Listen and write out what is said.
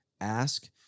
ask